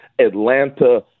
Atlanta